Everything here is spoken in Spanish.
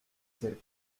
ser